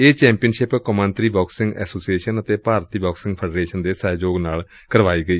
ਇਹ ਚੈਂਪੀਅਨਸ਼ਿਪ ਕੌਮਾਂਤਰੀ boxing association ਅਤੇ ਭਾਰਤੀ ਬਾਕਸੰਗ ਫੈਡਰੇਸ਼ਨ ਦੇ ਸਹਿਯੋਗ ਨਾਲ ਕਰਵਾਈ ਗਈ